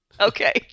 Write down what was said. Okay